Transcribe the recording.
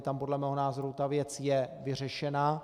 Tam podle mého názoru je ta věc vyřešena.